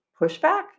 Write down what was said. pushback